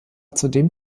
zudem